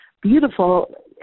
beautiful